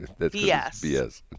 BS